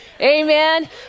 Amen